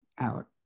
out